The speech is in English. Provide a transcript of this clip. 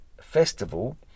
festival